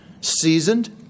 Seasoned